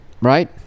Right